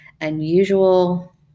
unusual